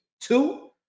two